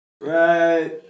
Right